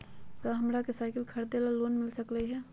का हमरा के साईकिल खरीदे ला लोन मिल सकलई ह?